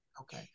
Okay